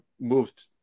moved